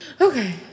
Okay